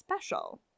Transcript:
special